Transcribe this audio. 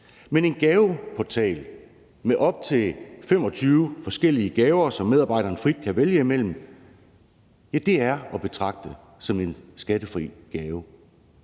fra en gaveportal med op til 25 forskellige gaver, som medarbejderne frit kan vælge mellem, er at betragte som en skattefri gave,